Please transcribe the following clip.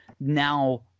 now